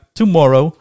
tomorrow